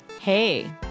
Hey